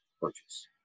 purchase